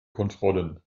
kontrollen